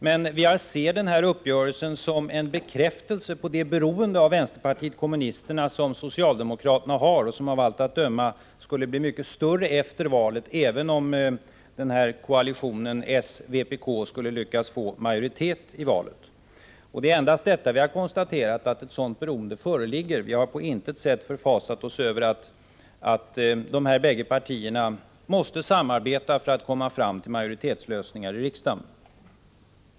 Däremot ser jag den här uppgörelsen som en bekräftelse på det beroende av vänsterpartiet kommunisterna som socialdemokraterna har och som av allt att döma skulle bli mycket större efter valet, även om en koalition mellan socialdemokraterna och vpk skulle lyckas få majoritet i valet. Det är endast detta som vi har konstaterat — att ett sådant beroende föreligger. Vi har på intet sätt förfasat oss över att dessa bägge partier måste samarbeta för att komma fram till majoritetslösningar i riksdagen.